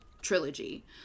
trilogy